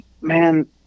Man